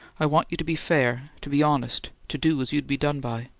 i want you to be fair, to be honest, to do as you'd be done by.